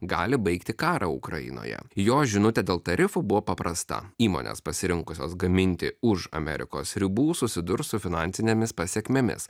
gali baigti karą ukrainoje jo žinutė dėl tarifų buvo paprasta įmonės pasirinkusios gaminti už amerikos ribų susidurs su finansinėmis pasekmėmis